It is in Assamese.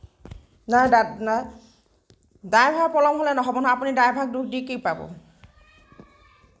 নাই ড্ৰাইভাৰ পলম হ'লে নহ'ব নহয় আপুনি ড্ৰাইভাৰক দোষ দি কি পাব